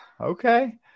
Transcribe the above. Okay